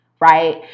Right